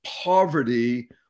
poverty